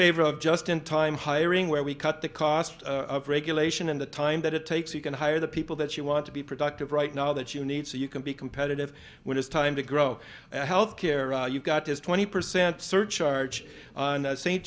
favor of just in time hiring where we cut the cost of regulation and the time that it takes you can hire the people that you want to be productive right now that you need so you can be competitive when it's time to grow health care you've got this twenty percent surcharge on s